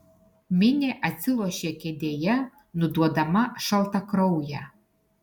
minė atsilošė kėdėje nuduodama šaltakrauję